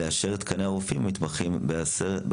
לאשר את תקני הרופאים המתמחים שעדיין חסרים